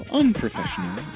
unprofessional